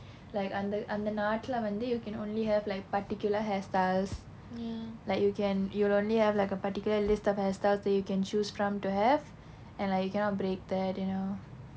like அந்த அந்த நாட்டில வந்து:antha antha naattila vanthu you can only have like particular hairstyles like you can you will only have like a particular list of hairstyles that you can choose from to have and like you cannot break that you know